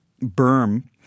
berm